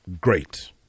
great